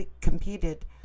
competed